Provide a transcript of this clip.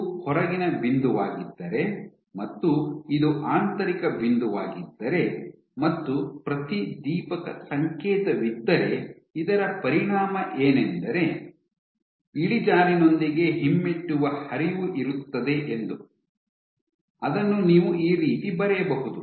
ಇದು ಹೊರಗಿನ ಬಿಂದುವಾಗಿದ್ದರೆ ಮತ್ತು ಇದು ಆಂತರಿಕ ಬಿಂದುವಾಗಿದ್ದರೆ ಮತ್ತು ಪ್ರತಿದೀಪಕ ಸಂಕೇತವಿದ್ದರೆ ಇದರ ಪರಿಣಾಮ ಏನೆಂದರೆ ಇಳಿಜಾರಿನೊಂದಿಗೆ ಹಿಮ್ಮೆಟ್ಟುವ ಹರಿವು ಇರುತ್ತದೆ ಎಂದು ಅದನ್ನು ನೀವು ಈ ರೀತಿ ಬರೆಯಬಹುದು